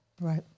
Right